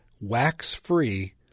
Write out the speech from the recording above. Wax-Free